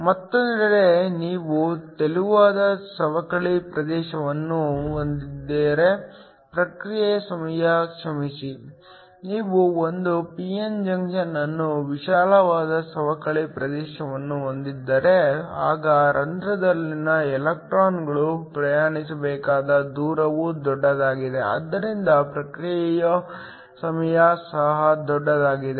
ಮತ್ತೊಂದೆಡೆ ನೀವು ತೆಳುವಾದ ಸವಕಳಿ ಪ್ರದೇಶವನ್ನು ಹೊಂದಿದ್ದರೆ ಪ್ರತಿಕ್ರಿಯೆ ಸಮಯ ಕ್ಷಮಿಸಿ ನೀವು ಒಂದು p n ಜಂಕ್ಷನ್ ಅನ್ನು ವಿಶಾಲವಾದ ಸವಕಳಿ ಪ್ರದೇಶವನ್ನು ಹೊಂದಿದ್ದರೆ ಆಗ ರಂಧ್ರಗಳಲ್ಲಿನ ಎಲೆಕ್ಟ್ರಾನ್ಗಳು ಪ್ರಯಾಣಿಸಬೇಕಾದ ದೂರವು ದೊಡ್ಡದಾಗಿದೆ ಆದ್ದರಿಂದ ಪ್ರತಿಕ್ರಿಯೆ ಸಮಯ ಸಹ ದೊಡ್ಡದಾಗಿದೆ